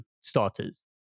starters